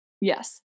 Yes